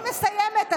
אני מסיימת.